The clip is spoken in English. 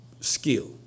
skill